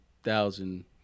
Thousand